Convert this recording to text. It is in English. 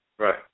Right